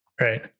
Right